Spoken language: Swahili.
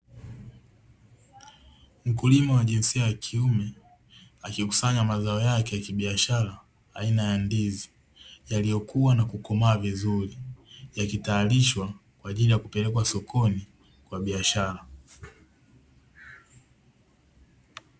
Mkulima wa jinsia ya kiume, akikusanya mazao yake ya kibiashara aina ya ndizi yaliyokua na kukomaa vizuri, yakitayarishwa kwa ajili ya kupelekwa sokoni kwa biashara.